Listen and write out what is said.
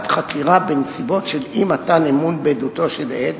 חקירה בנסיבות של אי-מתן אמון בעדותו של עד,